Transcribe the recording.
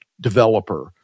developer